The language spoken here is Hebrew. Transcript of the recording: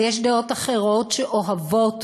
ויש דעות אחרות, שאוהבות